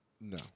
No